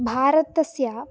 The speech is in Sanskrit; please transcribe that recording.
भारतस्य